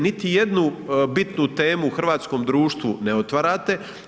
Niti jednu bitnu temu u hrvatskom društvu ne otvarate.